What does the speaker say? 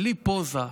בלי פוזה,